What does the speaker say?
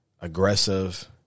aggressive